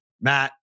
Matt